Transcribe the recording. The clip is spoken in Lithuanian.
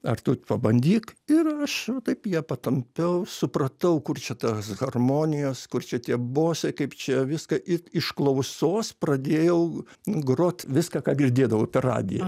ar tu pabandyk ir aš taip ją patampiau supratau kur čia tos harmonijos kur čia tie bosai kaip čia viską iš klausos pradėjau grot viską ką girdėdavau per radiją